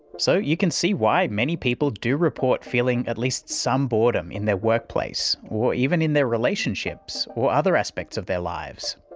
so you can see why many people do report feeling at least some boredom in their workplace or even in their relationships or other aspects of their lives.